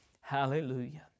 Hallelujah